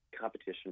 competition